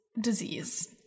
disease